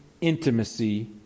intimacy